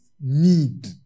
need